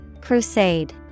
Crusade